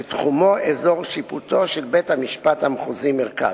שתחומו אזור שיפוטו של בית-המשפט המחוזי מרכז.